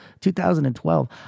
2012